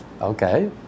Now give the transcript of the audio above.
Okay